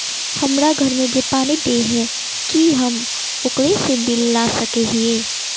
हमरा घर में जे पानी दे है की हम ओकरो से बिल ला सके हिये?